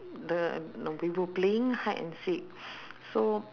the no we were playing hide and seek so